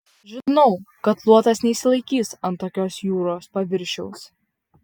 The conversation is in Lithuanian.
žinau kad luotas neišsilaikys ant tokios jūros paviršiaus